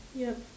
yup